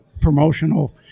promotional